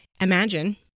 Imagine